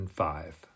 five